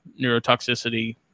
neurotoxicity